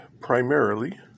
primarily